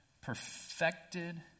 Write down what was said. Perfected